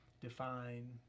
define